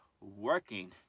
working